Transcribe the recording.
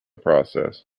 process